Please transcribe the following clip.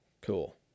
cool